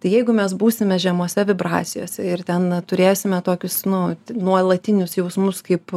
tai jeigu mes būsime žemose vibracijos ir ten turėsime tokius nu nuolatinius jausmus kaip